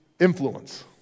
influence